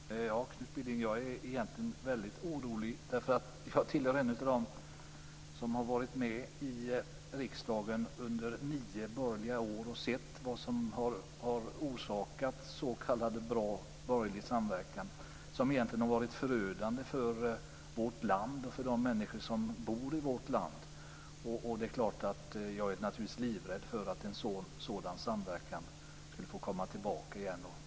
Fru talman! Ja, Knut Billing, jag är egentligen väldigt orolig, därför att jag är en av dem som har varit med i riksdagen under nio borgerliga år och sett vad som har orsakats av s.k. bra borgerlig samverkan, som egentligen har varit förödande för vårt land och för de människor som bor i vårt land. Det är klart att jag är livrädd för att en sådan samverkan skulle få komma tillbaka igen.